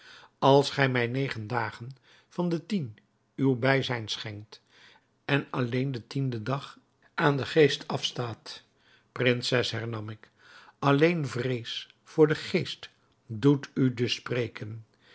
als gij mij negen dagen van de tien uw bijzijn schenkt en alleen den tienden dag aan den geest afstaat prinses hernam ik alleen vrees voor den geest doet u dus spreken